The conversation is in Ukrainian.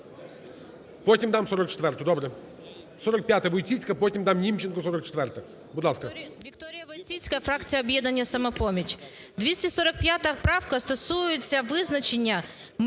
Вікторія Войціцька, фракція "Об'єднання "Самопоміч".